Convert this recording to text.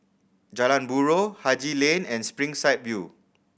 Jalan Buroh Haji Lane and Springside View